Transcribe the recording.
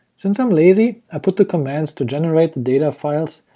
since i'm lazy, i put the commands to generate the data files,